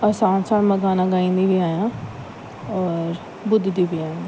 और साणि साणि मां गाना गाईंदी बि आहियां और ॿुधंदी बि आहियां